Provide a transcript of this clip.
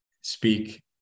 speak